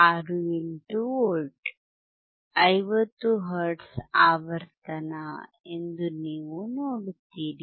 68 V 50 hertz ಆವರ್ತನ ಎಂದು ನೀವು ನೋಡುತ್ತೀರಿ